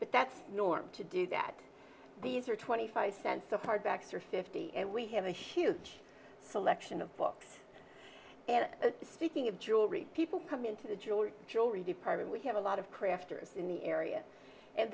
but that's normal to do that these are twenty five cents of hardbacks or fifty and we have a huge selection of books speaking of jewelry people come into the jewelry jewelry department we have a lot of crafters in the area and